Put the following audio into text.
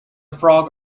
frog